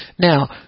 Now